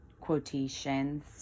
quotations